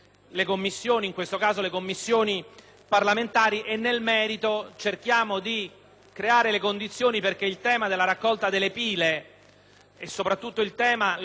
e soprattutto il tema legato al ruolo del consorzio per le batterie esauste, che in Italia è un organismo che ha dato risultati straordinari dal punto di vista quantitativo e qualitativo